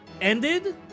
ended